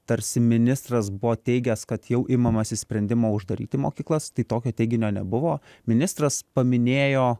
tarsi ministras buvo teigęs kad jau imamasi sprendimo uždaryti mokyklas tai tokio teiginio nebuvo ministras paminėjo